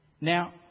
Now